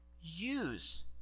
Use